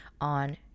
on